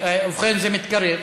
ובכן, זה מתקרב,